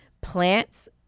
plants